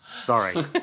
sorry